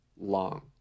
long